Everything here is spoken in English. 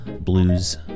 blues